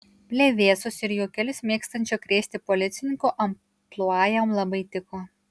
plevėsos ir juokelius mėgstančio krėsti policininko amplua jam labai tiko